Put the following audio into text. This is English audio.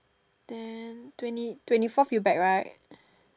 then twenty twenty fourth you back right